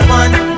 one